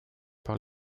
par